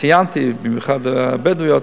ציינתי במיוחד את הבדואיות,